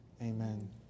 Amen